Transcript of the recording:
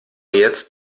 jetzt